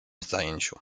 zajęciu